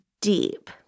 deep